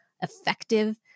effective